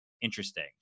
interesting